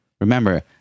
Remember